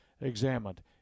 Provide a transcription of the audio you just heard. examined